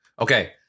Okay